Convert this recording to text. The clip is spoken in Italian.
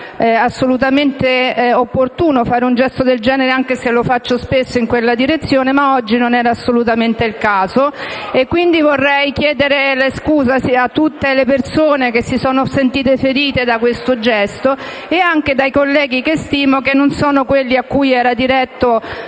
non era opportuno fare un gesto del genere. Anche se lo faccio spesso in quella direzione, oggi non era assolutamente il caso di farlo e quindi vorrei chiedere scusa a tutte le persone che si sono sentite ferite da questo gesto e anche ai colleghi che stimo, che non sono quelli a cui era diretto